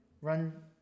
run